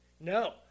No